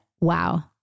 wow